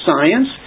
science